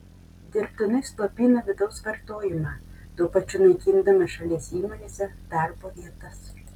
dirbtinai slopina vidaus vartojimą tuo pačiu naikindama šalies įmonėse darbo vietas